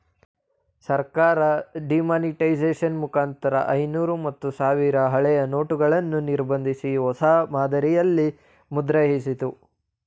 ಸರ್ಕಾರ ಡಿಮಾನಿಟೈಸೇಷನ್ ಮುಖಾಂತರ ಐನೂರು ಮತ್ತು ಸಾವಿರದ ಹಳೆಯ ನೋಟುಗಳನ್ನು ನಿರ್ಬಂಧಿಸಿ, ಹೊಸ ಮಾದರಿಯಲ್ಲಿ ಮುದ್ರಿಸಿತ್ತು